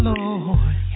Lord